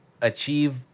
achieve